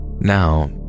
Now